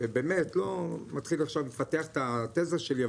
באמת לא מתחיל עכשיו לפתח את התזה שלי,